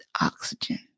oxygen